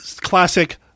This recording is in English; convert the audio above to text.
classic